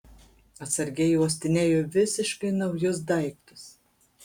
atsargiai uostinėju visiškai naujus daiktus